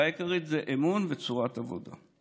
הבעיה העיקרית זה אמון וצורת עבודה.